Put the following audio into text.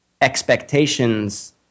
expectations